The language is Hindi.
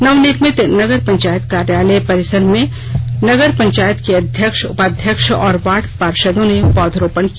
नवनिर्मित नगर पंचायत कार्यालय परिसर में नगर पंचायत के अध्यक्ष उपाध्यक्ष और वार्ड पार्षदों ने पौधरोपण किया